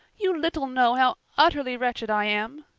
you little know how utterly wretched i am.